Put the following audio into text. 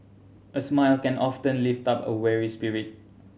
a smile can often lift up a weary spirit